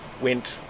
went